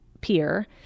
peer